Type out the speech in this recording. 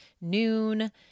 noon